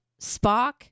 Spock